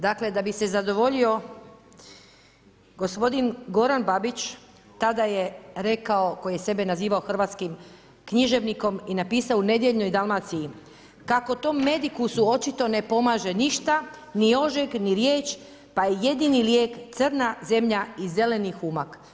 Dakle da bi se zadovoljio gospodin Goran Babić, tada je rekao, koji je sebe nazivao hrvatskim književnikom i napisao u nedjeljnoj Dalmaciji: Kako to medikusu očito ne pomaže ništa, ni Jožek, ni riječ pa je jedini lijek crna zemlja i zeleni humak.